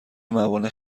موانع